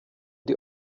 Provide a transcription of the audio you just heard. die